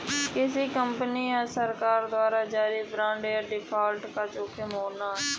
किसी कंपनी या सरकार द्वारा जारी बांड पर डिफ़ॉल्ट का जोखिम होना